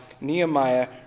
Nehemiah